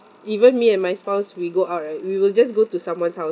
even me and my spouse we go out right we will just go to someone's house